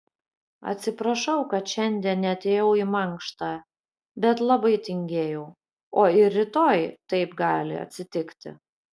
atsiprašau kad šiandien neatėjau į mankštą bet labai tingėjau o ir rytoj taip gali atsitikti